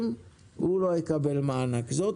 הייתי מצפה מחבריי,